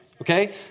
Okay